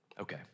Okay